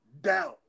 down